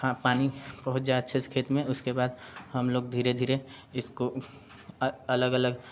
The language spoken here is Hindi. खा पानी पहुँच जाए अच्छे से खेत में उसके बाद हम लोग धीरे धीरे इसको अलग अलग